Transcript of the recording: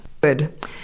Good